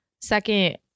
Second